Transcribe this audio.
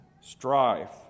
strife